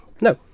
no